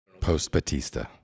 Post-Batista